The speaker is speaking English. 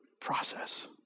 process